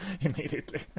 immediately